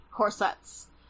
corsets